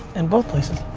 in both places.